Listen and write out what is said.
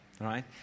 right